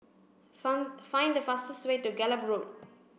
find the fastest way to Gallop Road